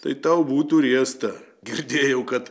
tai tau būtų riesta girdėjau kad